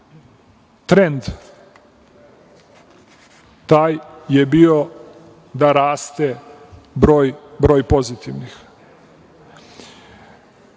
Trend taj je bio da raste broj pozitivnih. Drugo